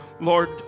Lord